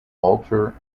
alter